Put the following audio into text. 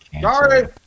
Sorry